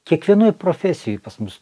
kiekvienoj profesijoj pas mus